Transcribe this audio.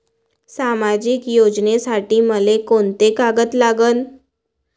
सामाजिक योजनेसाठी मले कोंते कागद लागन?